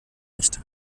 nicht